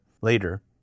later